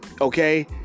okay